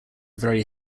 very